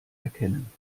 erkennen